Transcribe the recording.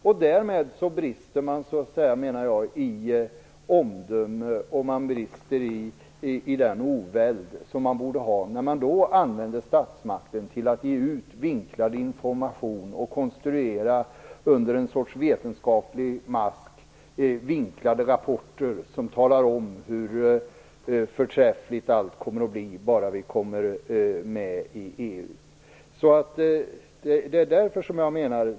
Jag menar att man brister i omdöme och i den oväld som borde finnas när man använder statsmakten till att ge ut vinklad information och till att under en sorts vetenskaplig mask konstruera vinklade rapporter som talar om hur förträffligt allt kommer att bli bara vi kommer med i EU.